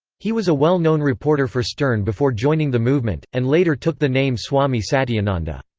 he was a well known reporter for stern before joining the movement, and later took the name swami satyananda.